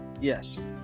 yes